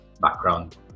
background